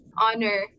honor